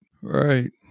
right